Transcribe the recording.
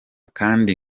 kandi